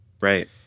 Right